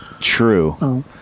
True